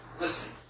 Listen